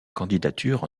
candidature